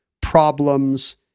problems